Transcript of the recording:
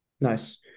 Nice